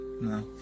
No